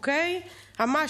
אמ"ש,